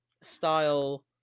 style